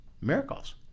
Miracles